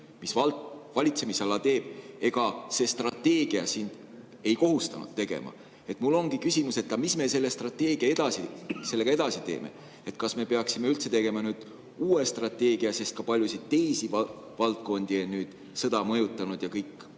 mida valitsemisala teeb, see strateegia ei kohustanud tegema. Mul ongi küsimus, et mis me selle strateegiaga edasi teeme. Kas me peaksime tegema nüüd uue strateegia, sest ka paljusid teisi valdkondi on sõda mõjutanud ja